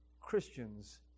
Christians